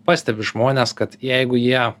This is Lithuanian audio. pastebiu žmones kad jeigu jie